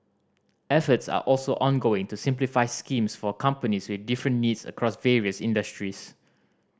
efforts are also ongoing to simplify schemes for companies with different needs across various industries